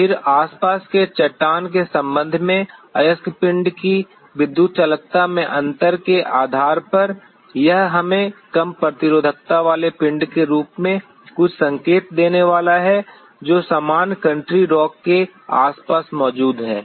फिर आसपास के चट्टान के संबंध में अयस्क पिंड की विद्युत चालकता में अंतर के आधार पर यह हमें कम प्रतिरोधकता वाले पिंड के रूप में कुछ संकेत देने वाला है जो सामान्य कंट्री रॉक के आसपास मौजूद है